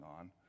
on